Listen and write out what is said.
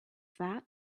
that